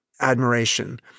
admiration